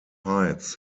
hides